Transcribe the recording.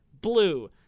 Blue